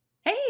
Hey